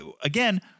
again